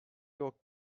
yok